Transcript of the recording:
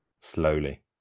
slowly